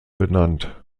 benannt